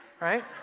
right